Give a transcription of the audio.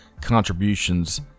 contributions